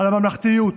על הממלכתיות,